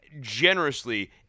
generously